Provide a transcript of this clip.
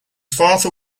father